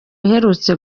uherutse